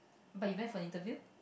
but you went for interview